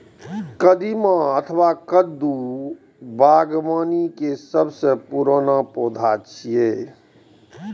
कदीमा अथवा कद्दू बागबानी के सबसं पुरान पौधा छियै